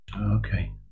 Okay